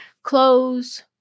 Clothes